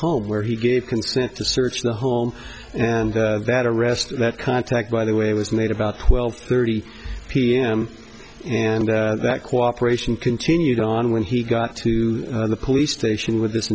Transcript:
home where he gave consent to search the home and that arrest and that contact by the way was made about twelve thirty pm and that cooperation continued on when he got to the police station with this